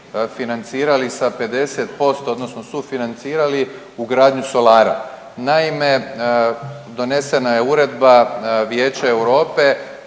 financirali sa 50%, odnosno sufinancirali ugradnju solara. Naime, donesena je Uredba vijeća Europe